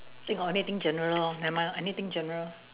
think of anything general lor never mind lor anything general